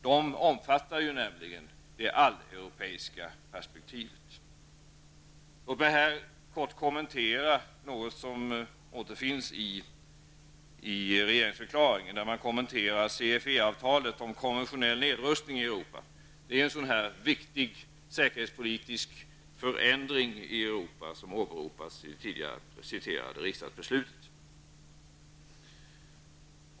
De omfattar nämligen det alleuropeiska perspektivet. Låt mig här kort kommentera något av det som återfinns i regeringsförklaringen. I den kommenteras bl.a. CFE-avtalet om konventionell nedrustning i Europa. Det är en viktig säkerhetspolitisk förändring i Europa som åberopas i det tidigare citerade riksdagsbeslutet.